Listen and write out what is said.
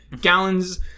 gallons